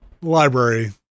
library